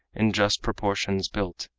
in just proportions built,